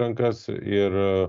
rankas ir